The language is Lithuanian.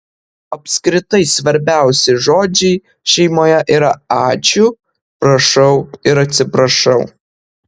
apskritai svarbiausi žodžiai šeimoje yra ačiū prašau ir atsiprašau